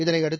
இதனையடுத்து